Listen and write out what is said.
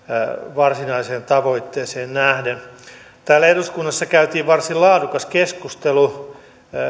varsinaiseen tavoitteeseen nähden täällä eduskunnassa käytiin varsin laadukas keskustelu